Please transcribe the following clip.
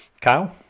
Kyle